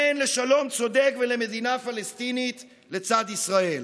כן לשלום צודק ולמדינה פלסטינית לצד ישראל.